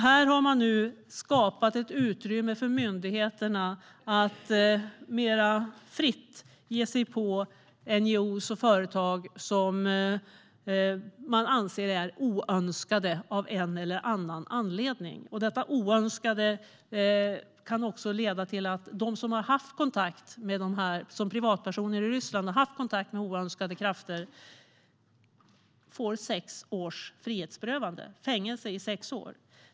Här har man nu skapat ett utrymme för myndigheterna att mer fritt ge sig på NGO:er och företag som man anser är oönskade av en eller annan anledning. Detta oönskade kan också leda till att privatpersoner i Ryssland som har haft kontakt med oönskade krafter får fängelse i sex år.